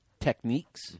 techniques